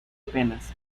penas